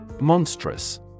Monstrous